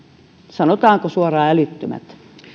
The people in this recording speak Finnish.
sanotaanko suoraan älyttömät